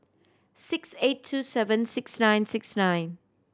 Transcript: six eight two seven six nine six nine